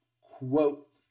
Quote